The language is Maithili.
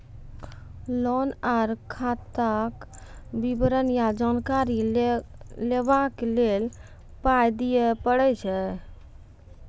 लोन आर खाताक विवरण या जानकारी लेबाक लेल पाय दिये पड़ै छै?